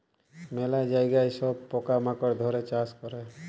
ম্যালা জায়গায় সব পকা মাকড় ধ্যরে চাষ ক্যরে